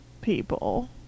people